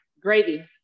gravy